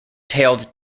tailed